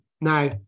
now